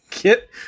get